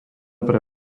pre